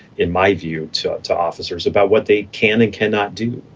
in my view, to to officers about what they can and cannot do.